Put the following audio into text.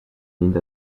need